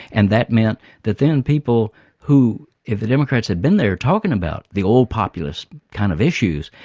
and that meant that then people who, if the democrats had been there talking about the old populist kind of issues,